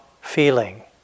feeling